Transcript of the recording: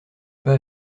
pas